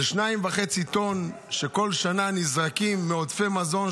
זה 2.5 טונות שבכל שנה נזרקים מעודפי מזון.